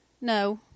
No